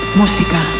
música